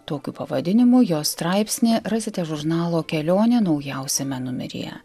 tokiu pavadinimu jo straipsnį rasite žurnalo kelionė naujausiame numeryje